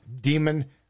demon